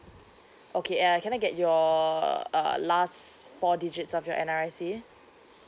okay uh can I get your uh last four digits of your N_R_I_C